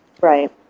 Right